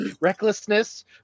recklessness